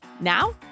Now